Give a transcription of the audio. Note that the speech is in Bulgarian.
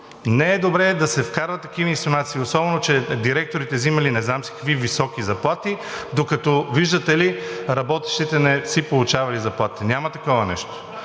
Не е добре да се вкарват такива инсинуации, особено че директорите взимали не знам си какви високи заплати, докато виждате ли работещите не си получавали заплатите. Няма такова нещо.